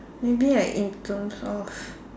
maybe like in terms of